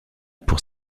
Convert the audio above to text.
pour